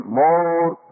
more